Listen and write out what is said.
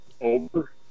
over